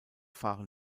fahren